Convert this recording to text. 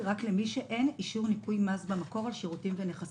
רק למי שאין לו אישור ניכוי מס במקור על שירותים ונכסים.